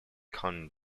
con